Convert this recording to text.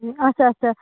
اچھا اچھا